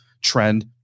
trend